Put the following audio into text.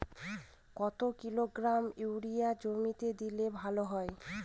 কত kilogram urea জমিতে দিলে ভালো হয়?